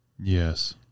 Yes